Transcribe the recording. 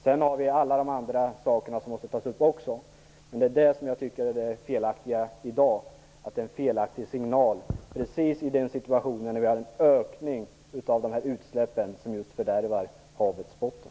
När det gäller alla andra saker som också måste tas upp tycker jag att det i dag kommer en felaktig signal - och detta i en situation där just de utsläpp ökar som fördärvar havets botten.